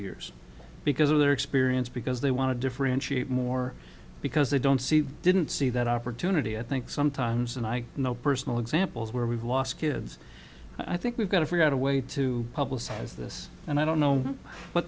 years because of their experience because they want to differentiate more because they don't see didn't see that opportunity i think sometimes and i know personal examples where we've lost kids i think we've got to figure out a way to publicize this and i don't know what